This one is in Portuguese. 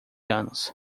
anos